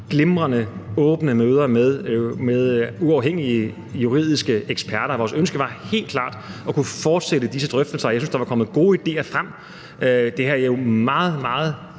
glimrende åbne møder med uafhængige juridiske eksperter, og vores ønske var helt klart at kunne fortsætte disse drøftelser, og jeg synes, der er kommet gode idéer frem. Det er mange